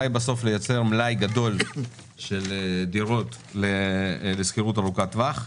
היא בסוף לייצר מלאי גדול של דירות לשכירות ארוכת טווח.